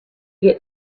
get